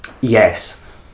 Yes